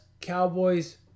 Cowboys